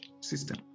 system